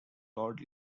lord